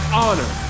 honor